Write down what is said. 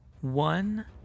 one